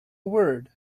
word